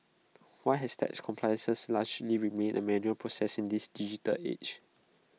why has tax compliance largely remained A manual process in this digital age